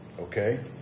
Okay